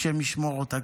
השם ישמור אותה,